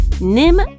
Nim